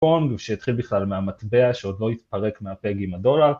ושיתחיל בכלל מהמטבע שעוד לא התפרק מהפג עם הדולר